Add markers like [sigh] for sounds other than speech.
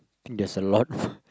there's a lot [breath]